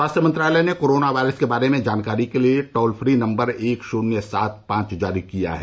स्वास्थ्य मंत्रालय ने कोरोना वायरस के बारे में जानकारी के लिए टोल फ्री नम्बर एक शून्य सात पांच जारी किया है